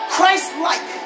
Christ-like